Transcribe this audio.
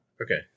Okay